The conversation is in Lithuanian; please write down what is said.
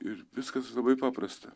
ir viskas labai paprasta